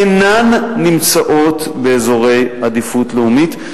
כי הן אינן נמצאות באזורי עדיפות לאומית,